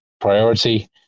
priority